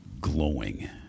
glowing